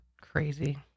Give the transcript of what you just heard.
Crazy